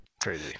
crazy